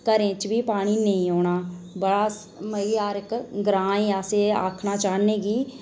घरें च बी पानी नेईं औना बस हर इक्क ग्रांऽ ई अस एह् आखना चाह्नें कि